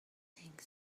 think